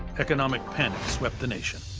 economic panic swept the nation.